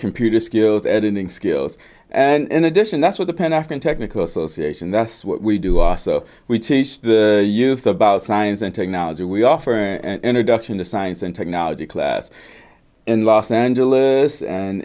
computer skills editing skills and addition that's what the pan african technical source and that's what we do are so we teach the youth about science and technology we offer and adduction the science and technology class in los angeles and